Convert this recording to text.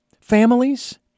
families